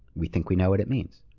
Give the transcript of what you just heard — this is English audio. we think we know what it means.